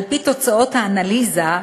על-פי תוצאות האנליזה,